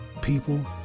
people